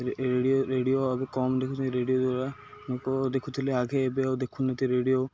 radio ଏବେ କମ୍ ଦେଖୁଛନ୍ତି ରେଡ଼ିଓ ଦ୍ୱାରା ଲୋକ ଦେଖୁଥିଲେ ଆଗେ ଏବେ ଆଉ ଦେଖୁନହାନ୍ତି ରେଡ଼ିଓ